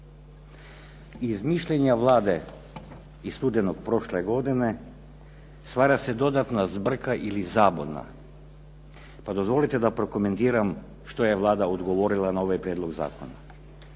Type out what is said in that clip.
Iz mišljenja Vlade iz studenog prošle godine stvara se dodatna zbrka ili zabuna, pa dozvolite da prokomentiram što je Vlada odgovorila na ovaj prijedlog zakona.